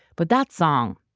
but that song,